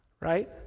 right